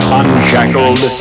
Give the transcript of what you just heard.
unshackled